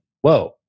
Whoa